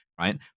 right